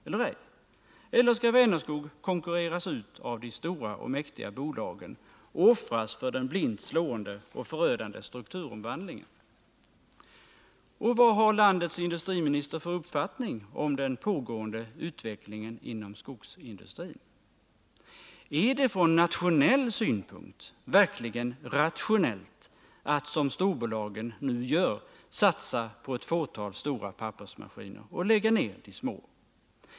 Eller skall Vänerskog konkurreras ut av de stora och mäktiga bolagen och offras för den blint slående och förödande strukturomvandlingen? Och vad har landets industriminister för uppfattning om den pågående utvecklingen inom skogsindustrin? Är det från nationell synpunkt verkligen rationellt att som storbolagen nu gör satsa på ett fåtal stora pappersmaskiner och lägga ned de små?